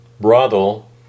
brothel